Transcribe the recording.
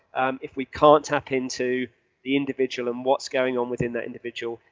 um if we can't tap into the individual and what's going on within that individual,